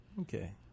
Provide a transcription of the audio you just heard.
Okay